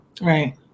Right